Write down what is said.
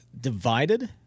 divided